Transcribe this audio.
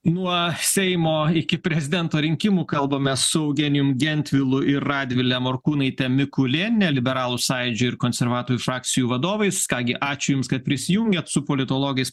nuo seimo iki prezidento rinkimų kalbamės su eugenijum gentvilu ir radvile morkūnaite mikulėniene liberalų sąjūdžio ir konservatorių frakcijų vadovais ką gi ačiū jums kad prisijungėt su politologais